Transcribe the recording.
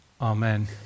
Amen